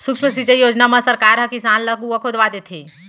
सुक्ष्म सिंचई योजना म सरकार ह किसान ल कुँआ खोदवा देथे